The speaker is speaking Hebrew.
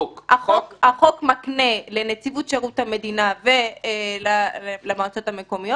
החוק מקנה לנציבות שירות המדינה ולמועצות המקומיות